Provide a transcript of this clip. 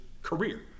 Career